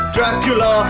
Dracula